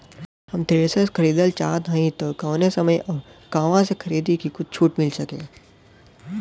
हम थ्रेसर खरीदल चाहत हइं त कवने समय अउर कहवा से खरीदी की कुछ छूट मिल सके?